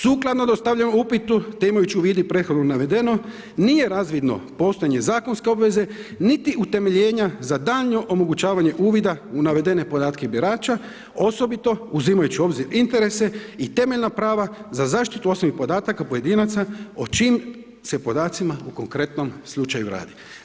Sukladno dostavljenom upitu te imajući u vidu prethodno navedeno nije razvidno postojanje zakonske obveze, niti utemeljenja za daljnje omogućavanje uvida u navedene podatke birača osobito uzimajući u obzir interese i temeljna prava za zaštitu osobnih podataka pojedinaca o čijim se podacima u konkretnom slučaju radi.